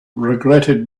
regretted